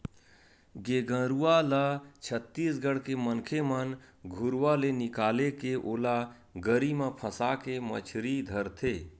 गेंगरूआ ल छत्तीसगढ़ के मनखे मन घुरुवा ले निकाले के ओला गरी म फंसाके मछरी धरथे